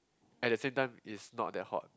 at the same time is not that hot